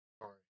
Sorry